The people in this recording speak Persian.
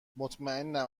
مطمئنم